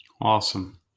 Awesome